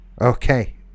Okay